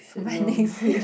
by next week